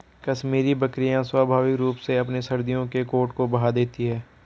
कश्मीरी बकरियां स्वाभाविक रूप से अपने सर्दियों के कोट को बहा देती है